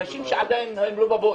אנשים שעדיין הם לא בבוץ,